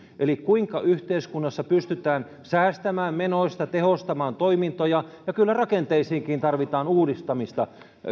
eli kuinka yhteiskunnassa pystytään säästämään menoista tehostamaan toimintoja ja kyllä rakenteisiinkin tarvitaan uudistamista